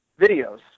videos